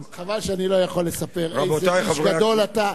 חבל שאני לא יכול לספר איזה איש גדול אתה.